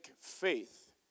faith